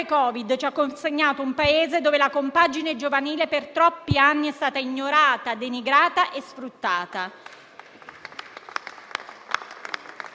Come in un paradosso, viviamo in un Paese dove i nostri giovani, sebbene più istruiti dei loro padri e dei loro nonni, sono di fatto più poveri.